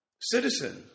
citizen